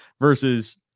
versus